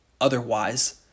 otherwise